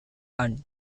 and